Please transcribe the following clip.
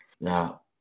now